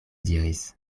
diris